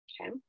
Okay